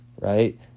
right